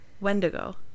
Wendigo